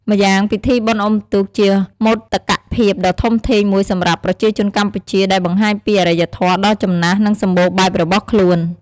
ម្យ៉ាងពិធីបុណ្យអុំទូកជាមោទកភាពដ៏ធំធេងមួយសម្រាប់ប្រជាជនកម្ពុជា ដែលបង្ហាញពីអរិយធម៌ដ៏ចំណាស់ និងសម្បូរបែបរបស់ខ្លួន។